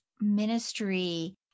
ministry